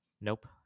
nope